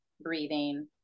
breathing